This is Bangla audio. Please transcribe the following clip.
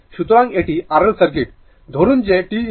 সুতরাং এটি R L সার্কিট